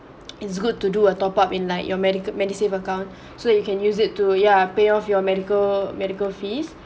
it's good to do a top up in like your medical MediSave account so that you can use it to ya pay off your medical medical fees